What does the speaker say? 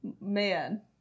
man